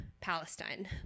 Palestine